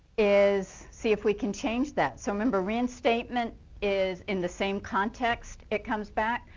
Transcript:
is see if we can change that. so remember, reen statement is in the same context, it comes back,